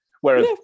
Whereas